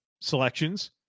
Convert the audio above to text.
selections